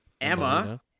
Emma